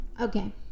okay